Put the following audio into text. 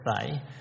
say